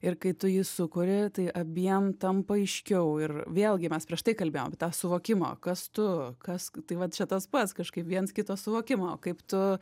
ir kai tu jį sukuri tai abiem tampa aiškiau ir vėlgi mes prieš tai kalbėjom tą suvokimą kas tu kas tai vat čia tas pats kažkaip viens kito suvokimo kaip tu